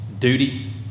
duty